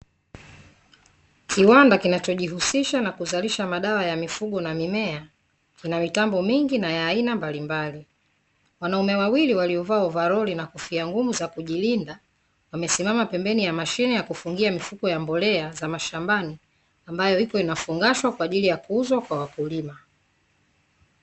Kiwanda kinachojihusisha na kuzalisha madawa ya mifugo na mimea kina mitambo mingi na ya aina mbalimbali. Wanaume wawili waliovaa ovalori na kofia ngumu za kujilinda, wamesimama pembeni ya mashine ya kufungia mifuko ya mbolea za mashambani, ambayo iko inafungashwa kwa ajili ya kuuzwa kwa wakulima.